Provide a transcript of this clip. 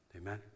Amen